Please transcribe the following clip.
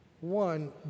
One